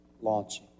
launching